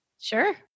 Sure